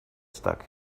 stuck